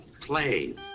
play